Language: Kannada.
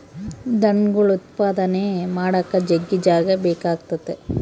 ದನಗುಳ್ ಉತ್ಪಾದನೆ ಮಾಡಾಕ ಜಗ್ಗಿ ಜಾಗ ಬೇಕಾತತೆ